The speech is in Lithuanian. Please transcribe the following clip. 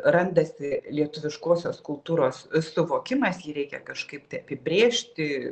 randasi lietuviškosios kultūros suvokimas jį reikia kažkaip apibrėžti